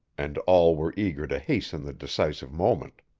and all were eager to hasten the decisive moment.